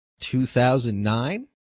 2009